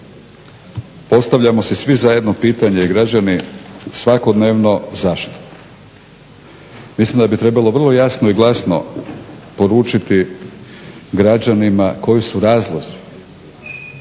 Postavljamo si svi zajedno pitanje i građani svakodnevno zašto? Mislim da bi trebalo vrlo jasno i glasno poručiti građanima koji su razlozi,